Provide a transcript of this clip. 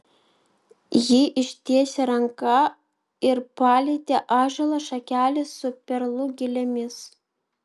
ji ištiesė ranką ir palietė ąžuolo šakelę su perlų gilėmis